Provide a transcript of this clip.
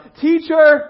Teacher